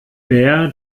bär